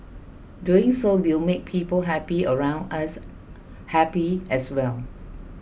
doing so will make people happy around us happy as well